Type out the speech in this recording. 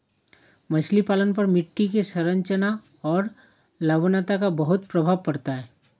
मछली पालन पर मिट्टी की संरचना और लवणता का बहुत प्रभाव पड़ता है